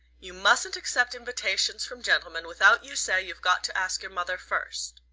you mustn't accept invitations from gentlemen without you say you've got to ask your mother first.